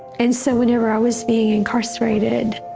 and so whenever i was being incarcerated,